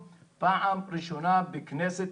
אנחנו היינו וישבנו עם מי שצריך להכין את התוכנית,